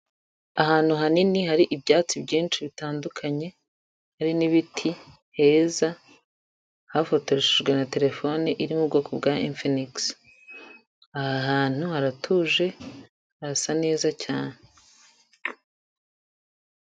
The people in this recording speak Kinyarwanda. Ahantu hanini hari ibyatsi byinshi bitandukanye, hari n'ibiti, heza, hafotoreshejwe na telefone iri mu bwoko bwa infix, aha hantu haratuje, harasa neza cyane.